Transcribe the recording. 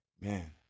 man